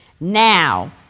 Now